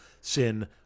sin